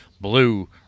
blue